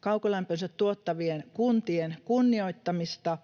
kaukolämpönsä tuottavien kuntien kunnioittamista